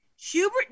Hubert